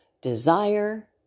desire